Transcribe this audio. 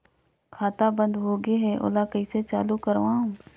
खाता बन्द होगे है ओला कइसे चालू करवाओ?